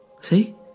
See